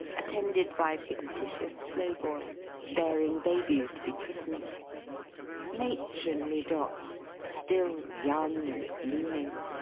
attended by fictitious slowboys, bearing babies to be christened matronly dots, still young and blooming,